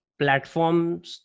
platforms